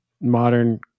modern